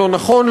לא נכון,